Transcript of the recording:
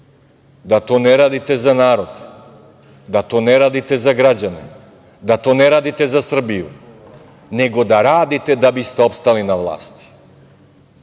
da to ne radite za narod, da to ne radite za građane, da to ne radite za Srbiju, nego da radite da biste opstali na vlasti. Evo,